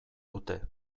dute